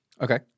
Okay